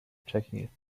taking